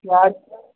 प्याज